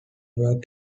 work